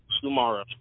tomorrow